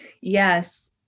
Yes